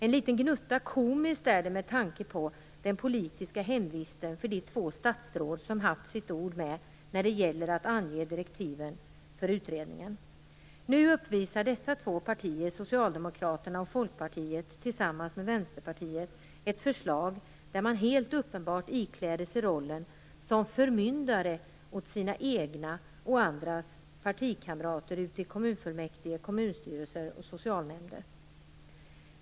En liten gnutta komiskt är det, med tanke på den politiska hemvisten för de två statsråd som haft sitt ord med när det gäller att ange direktiven för utredningen. Nu uppvisar dessa två partier, Socialdemokraterna och Folkpartiet, tillsammans med Vänsterpartiet ett förslag där man helt uppenbart ikläder sig rollen som förmyndare åt sina egna och andras partikamrater ute i kommunfullmäktige, kommunstyrelser och socialnämnder.